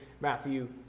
Matthew